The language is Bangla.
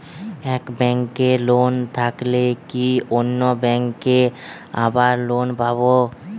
এক ব্যাঙ্কে লোন থাকলে কি অন্য ব্যাঙ্কে আবার লোন পাব?